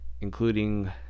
including